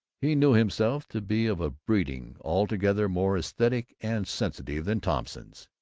he knew himself to be of a breeding altogether more esthetic and sensitive than thompson's.